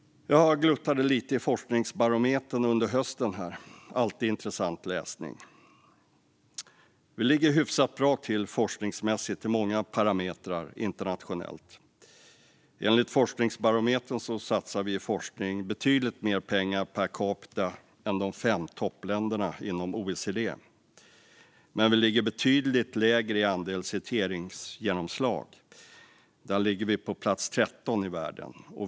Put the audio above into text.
Jag gluttade lite i Forskningsbarometern under hösten. Det är alltid intressant läsning. Internationellt ligger vi hyfsat bra till forskningsmässigt enligt många parametrar. Enligt Forskningsbarometern satsar vi betydligt mer pengar per capita på forskning än de fem toppländerna inom OECD. Men vi ligger betydligt lägre i andel citeringsgenomslag. Där ligger vi på plats 13 i världen.